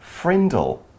frindle